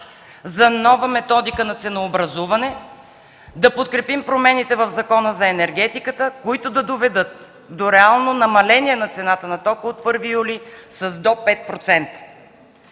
за нова методика на ценообразуване, да подкрепим промените в Закона за енергетиката, които да доведат до реално намаление на цената на тока от 1 юли с до 5%.